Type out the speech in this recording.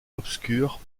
obscure